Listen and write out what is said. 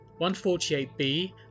148b